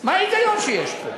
מה ההיגיון שיש פה?